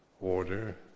order